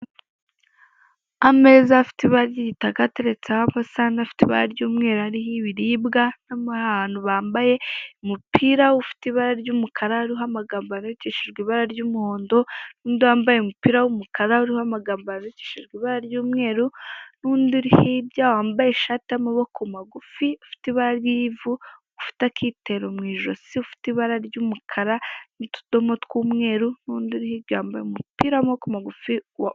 Ameza afite ibara ry'igitaka ateretseho amasahani afite ibara ry'umweru ariho ibiribwa, hari abantu bambaye umupira ufite ibara ry'umukara uriho amagambo yandikishije ibara ry'umuhondo, n'undi wambaye umupira w'umukara uriho amagambo yandikishije ibara ry'umweru, n'undi uri hirya wambaye ishati y'amaboko magufi ifite ibara ry'ivu ufite akitero mu ijosi, ufite ibara ry'umukara n'utudomo tw'umweru, n'undi iri hirya wambaye umupira w'amaboko magufi wa.